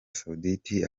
saudite